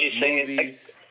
movies